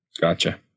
Gotcha